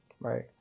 right